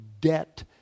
debt